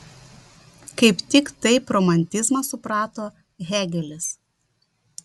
kaip tik taip romantizmą suprato hėgelis